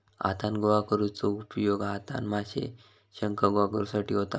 हातान गोळा करुचो उपयोग हातान माशे, शंख गोळा करुसाठी होता